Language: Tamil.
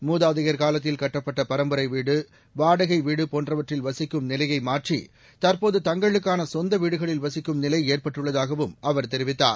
மூதாதையர் காலத்தில் கட்டப்பட்ட பரம்பரை வீடு வாடகை வீடு போன்றவற்றில் வசிக்கும் நிலைய மாற்றி தற்போது தங்களுக்கான சொந்த வீடுகளில் வசிக்கும் நிலை ஏற்பட்டுள்ளதாகவும் அவர் தெரிவித்தார்